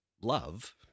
love